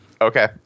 Okay